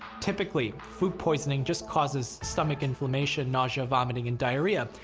typically food poisoning just causes stomach inflammation, nausea, vomiting and diarrhea.